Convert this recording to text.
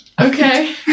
Okay